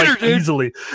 easily